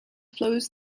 flows